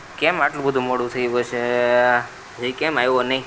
કેમ આટલું બધું મોડું થયું હશે હજી કેમ આવ્યો નહીં